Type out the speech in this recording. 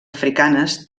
africanes